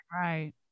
Right